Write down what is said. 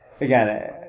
again